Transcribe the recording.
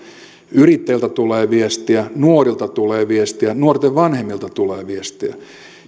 yrittäjiltä tulee viestiä nuorilta tulee viestiä nuorten vanhemmilta tulee viestiä